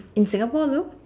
in Singapore though